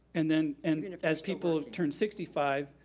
and then and kind of as people turn sixty five.